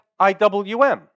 IWM